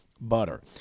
butter